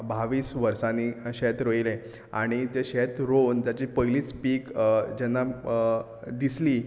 बावाीस वर्सांनी शेत रोयंलें आनी तें शेत रोवन ताजें पयलींच पीक जेन्ना दिसली